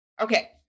Okay